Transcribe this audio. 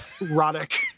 erotic